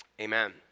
amen